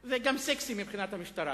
זה גם סקסי מבחינת המשטרה,